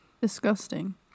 Disgusting